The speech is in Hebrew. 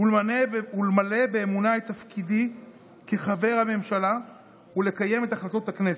למלא באמונה את תפקידי כחבר הממשלה ולקיים את החלטות הכנסת.